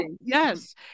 Yes